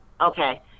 okay